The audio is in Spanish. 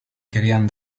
querían